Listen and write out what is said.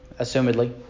assumedly